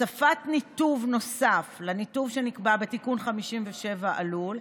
הוספת ניתוב נוסף לניתוב שנקבע בתיקון 57 עלולה,